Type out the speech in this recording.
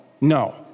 no